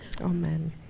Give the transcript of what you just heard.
Amen